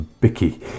Bicky